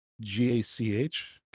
G-A-C-H